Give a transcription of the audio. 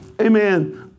amen